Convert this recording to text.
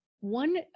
One